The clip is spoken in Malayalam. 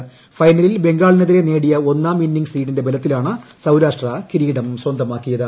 ക്ട്ടഫ്ടനലിൽ ബംഗാളിനെതിരെ നേടിയ ഒന്നാം ഇന്നുംഗ്സ് ലീഡിന്റെ ബലത്തിലാണ് സൌരാഷ്ട്ര കിരീടം സ്വന്തമാക്കിയത്